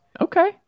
Okay